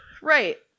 Right